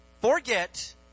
forget